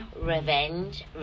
revenge